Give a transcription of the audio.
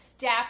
step